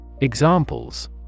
Examples